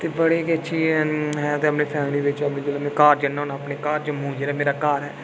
ते बड़े गै अच्छे हैन ते अपनी फैमली बिच्च अपने घर जन्ना होना अपने घर जम्मू जेह्ड़ा मेरा घर ऐ